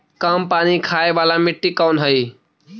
कम पानी खाय वाला मिट्टी कौन हइ?